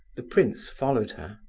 the prince followed her.